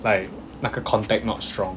like 那个 contact not strong